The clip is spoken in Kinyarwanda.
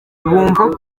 bumva